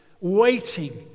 waiting